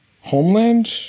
Homeland